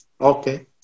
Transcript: Okay